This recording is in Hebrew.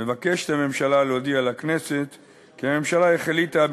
מבקשת הממשלה להודיע לכנסת כי החליטה,